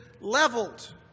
leveled